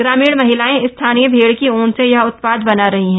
ग्रामीण महिलाएं स्थानीय भेड़ की ऊन से यह उत्पाद बना रही हैं